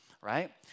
right